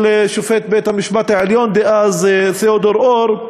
שופט בית-המשפט העליון דאז תיאודור אור.